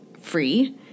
free